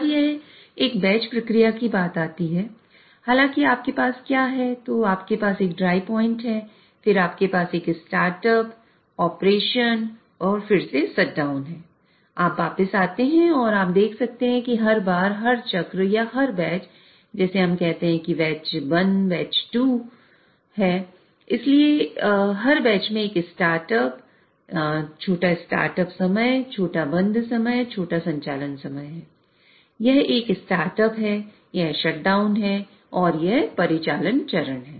जब यह एक बैच प्रक्रिया है और यह एक परिचालन चरण है